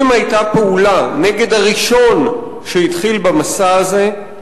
אם היתה פעולה נגד הראשון שהתחיל במסע הזה,